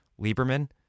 Lieberman